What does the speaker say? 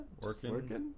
working